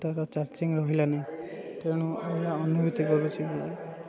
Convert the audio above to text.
ତା'ର ଚାର୍ଜିଂ ରହିଲା ନାହିଁ ତେଣୁ ଏହା ଅନୁଭୂତି କରୁଛି ଯେ